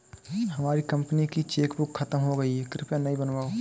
हमारी कंपनी की चेकबुक खत्म हो गई है, कृपया नई बनवाओ